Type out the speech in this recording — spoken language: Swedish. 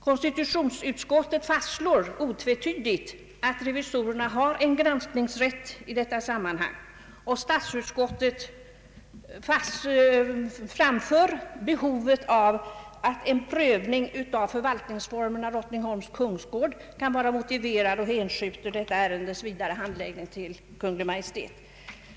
Konstitutionsutskottet fastslår otvetydigt att revisorerna har en granskningsrätt i detta sammanhang, och statsutskottet för fram att en prövning av förvaltningsformerna för Drottningholms kungsgård kan vara motiverad och hänskjuter detta ärendes vidare handläggning till Kungl. Maj:t.